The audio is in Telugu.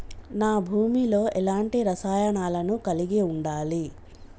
నా భూమి లో ఎలాంటి రసాయనాలను కలిగి ఉండాలి?